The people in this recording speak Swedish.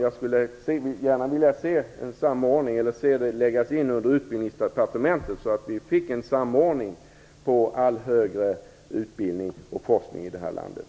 Jag skulle gärna se att ärendet lades under Utbildningsdepartementet så att vi fick en samordning av all forskning och högre utbildning i det här landet.